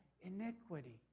iniquity